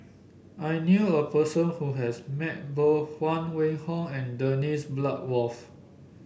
I knew a person who has met both Huang Wenhong and Dennis Bloodworth